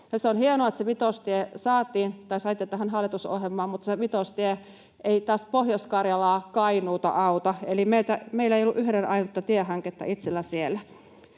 mutta Vitostie ei taas auta Pohjois-Karjalaa ja Kainuuta, eli meillä ei ole yhden ainutta tiehanketta itsellä siellä.